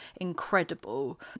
incredible